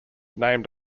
named